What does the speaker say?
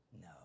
No